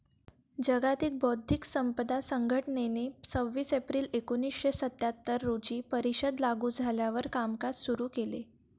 जागतिक बौद्धिक संपदा संघटनेने सव्वीस एप्रिल एकोणीसशे सत्याहत्तर रोजी परिषद लागू झाल्यावर कामकाज सुरू केले